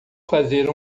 fazer